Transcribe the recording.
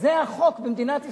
החוק במדינת ישראל.